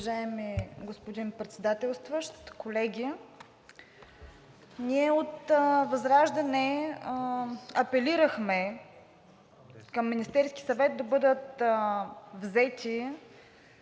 Уважаеми господин Председателстващ, колеги! Ние от ВЪЗРАЖДАНЕ апелирахме към Министерския съвет да бъдат взети